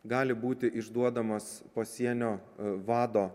gali būti išduodamas pasienio vado